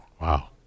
Wow